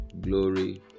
Glory